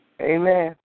Amen